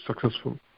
successful